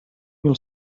mil